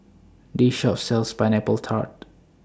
This Shop sells Pineapple Tart